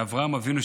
מאברהם אבינו,